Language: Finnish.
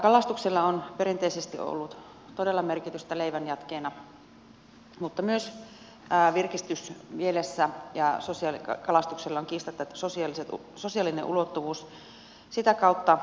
kalastuksella on perinteisesti ollut todella merkitystä leivän jatkeena mutta myös virkistysmielessä ja kalastuksella on kiistatta sosiaalinen ulottuvuus sitä kautta